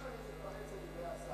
סליחה שאני מתפרץ לדברי השר,